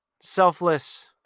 selfless